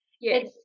yes